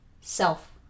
self